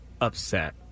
upset